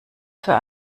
für